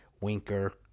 Winker